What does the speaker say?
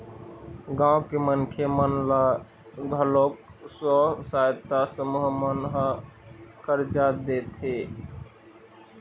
गाँव के मनखे मन ल घलोक स्व सहायता समूह मन ह करजा देथे